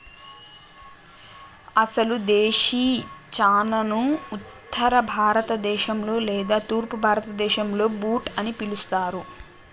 అసలు దేశీ చనాను ఉత్తర భారత దేశంలో లేదా తూర్పు భారతదేసంలో బూట్ అని పిలుస్తారు